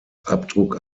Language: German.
abdruck